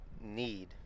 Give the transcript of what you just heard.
need